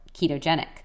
ketogenic